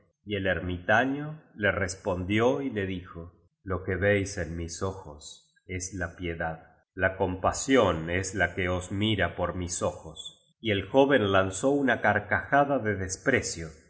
y el ermitaño le respondió y le dijo lo que veis en mis ojos es la piedad la compasión es la que os mira por mis ojos y el joven lanzó una carcajada de desprecio y